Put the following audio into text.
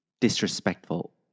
disrespectful